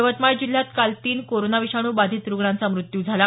यवतमाळ जिल्ह्यात काल तीन कोरोना विषाणूबाधित रुग्णांचा मृत्यू झाला